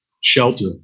shelter